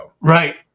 Right